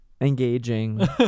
engaging